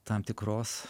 tam tikros